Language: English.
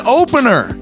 opener